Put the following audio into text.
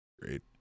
great